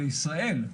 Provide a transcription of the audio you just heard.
לישראל,